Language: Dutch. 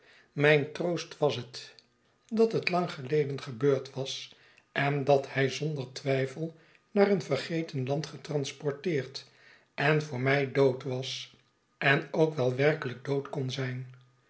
mijn troost was dat het lang geleden gebeurd was en dat hij zonder twijfel naar een vergelegen land getransporteerd en voor mij dood was en ook wel werkelijk dood kon zijn